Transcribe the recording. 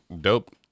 Dope